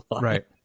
right